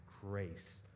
grace